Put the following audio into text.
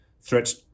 threats